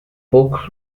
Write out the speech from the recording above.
books